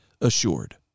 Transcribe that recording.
assured